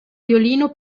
violino